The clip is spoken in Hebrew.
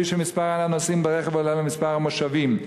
שמספר הנוסעים ברכב עולה על מספר המושבים.